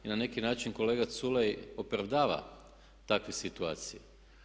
I na neki način kolega Culej opravdava takve situacije.